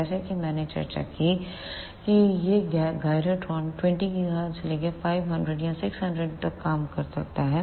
जैसा कि मैंने चर्चा की कि गै गायरोंट्रेन20 GHz से लेकर 500 या 600 GHz तक काम करता है